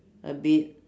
a bit